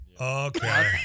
Okay